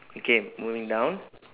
okay moving down